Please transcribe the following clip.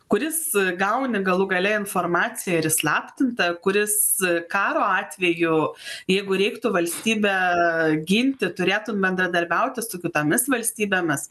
kuris gauni galų gale informaciją ir įslaptintą kuris karo atveju jeigu reiktų valstybę ginti turėtų bendradarbiauti su kitomis valstybėmis